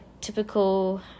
typical